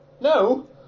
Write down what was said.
no